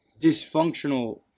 dysfunctional